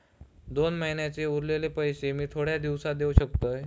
दोन महिन्यांचे उरलेले पैशे मी थोड्या दिवसा देव शकतय?